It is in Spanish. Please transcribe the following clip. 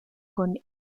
con